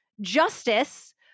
justice